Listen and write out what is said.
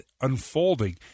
unfolding